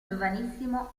giovanissimo